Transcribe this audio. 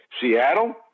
Seattle